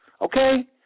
okay